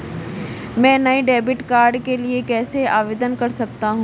मैं नए debit card के लिए कैसे आवेदन कर सकता हूँ?